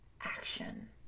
action